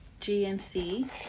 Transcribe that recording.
GNC